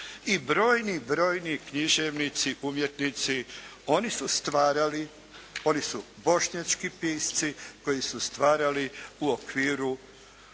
i brojni, brojni književnici, umjetnici. Oni su stvarali. Oni su Bošnjački pisci koji su stvarali u okviru